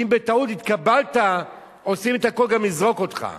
ואם בטעות התקבלת, עושים את הכול גם לזרוק אותך.